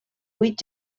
vuit